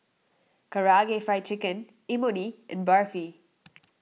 Karaage Fried Chicken Imoni and Barfi